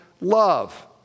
love